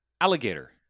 Alligator